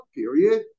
period